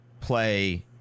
play